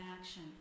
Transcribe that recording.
action